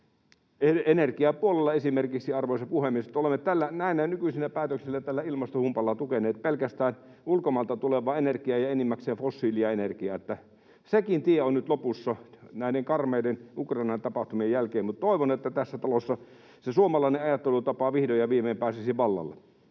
esimerkiksi, arvoisa puhemies — ja kun olemme näillä nykyisillä päätöksillä, tällä ilmastohumpalla tukeneet pelkästään ulkomailta tulevaa energiaa ja enimmäkseen fossiilienergiaa, niin sekin tie on nyt lopussa näiden karmeiden Ukrainan tapahtumien jälkeen. Mutta toivon, että tässä talossa se suomalainen ajattelutapa vihdoin ja viimein pääsisi vallalle.